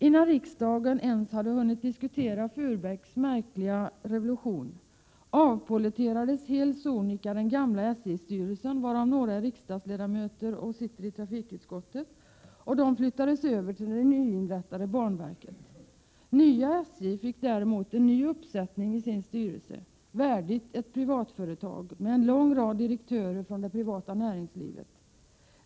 Innan riksdagen ens hade hunnit diskutera Furbäcks märkliga revolution avpolleterades helt sonika den gamla SJ-styrelsen, några f. d.styrelseledamöter sitter i trafikutskottet, och flyttades över till det nyinrättade banverket. Prot. 1987/88:116 Det nya SJ fick däremot en annan uppsättning i sin styrelse, värdig ett En framtidsinriktad privatföretag, med en lång rad direktörer från det privata näringslivet.